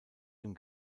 dem